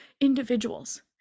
individuals